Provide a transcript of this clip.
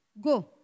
go